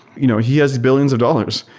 you know he has billions of dollars.